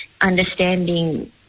understanding